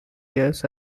years